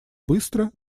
быстро